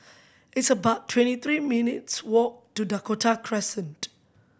it's about twenty three minutes' walk to Dakota Crescent